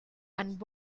and